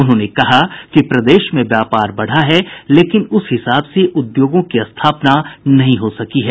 उन्होंने कहा कि प्रदेश में व्यापार बढ़ा है लेकिन उस हिसाब से उद्योगों की स्थापना नहीं हो सकी है